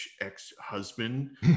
ex-husband